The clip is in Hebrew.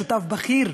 שותף בכיר,